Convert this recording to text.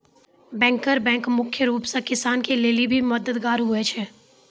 banker bank मुख्य रूप से किसान के लेली भी मददगार हुवै छै